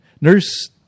nurse